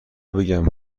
بگم